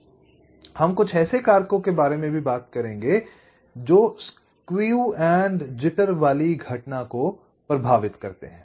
और हम कुछ ऐसे कारकों के बारे में बात करेंगे जो इस स्केव एंड जिटर वाली घटना को प्रभावित करते हैं